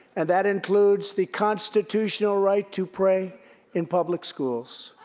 and that includes the constitutional right to pray in public schools.